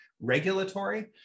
regulatory